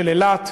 של אילת,